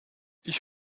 ich